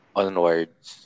onwards